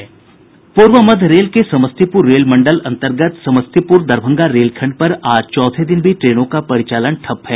पूर्व मध्य रेल के समस्तीपूर रेल मंडल अंतर्गत समस्तीपूर दरभंगा रेलखंड पर आज चौथे दिन भी ट्रेनों का परिचालन ठप है